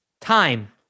time